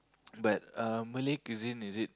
but uh Malay cuisine is it